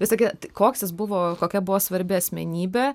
visokie koks jis buvo kokia buvo svarbi asmenybė